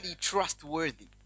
trustworthy